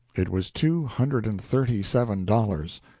it was two hundred and thirty-seven dollars.